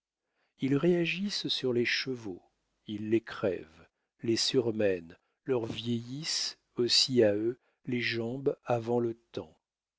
ils réagissent sur les chevaux ils les crèvent les surmènent leur vieillissent aussi à eux les jambes avant le temps